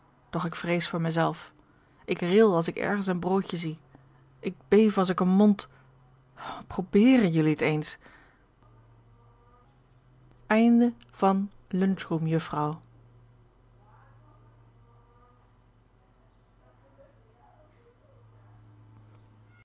doch ik vrees voor mijzelf ik ril als ik ergens een broodje zie ik beef als ik een mond probeeren je niet eens